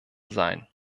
sein